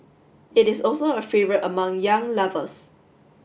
it is also a favourite among young lovers